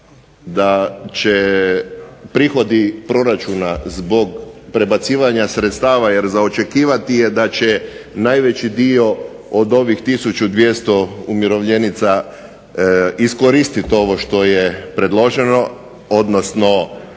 da će prihodi proračuna zbog prebacivanja sredstava jer za očekivati je da će najveći dio od ovih 1200 umirovljenica iskoristiti ovo što je predloženo, odnosno